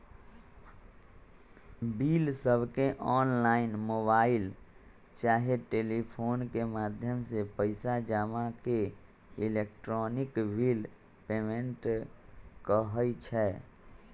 बिलसबके online, mobile चाहे telephone के माध्यम से पइसा जमा के इलेक्ट्रॉनिक बिल पेमेंट कहई छै